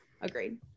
agreed